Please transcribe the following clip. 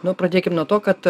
na pradėkim nuo to kad